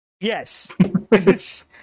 Yes